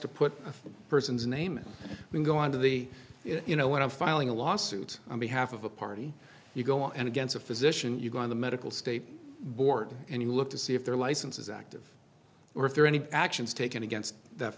to put a person's name and go on to the you know when i'm filing a lawsuit on behalf of a party you go and against a physician you go on the medical state board and you look to see if their license is active or if there are any actions taken against th